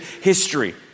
history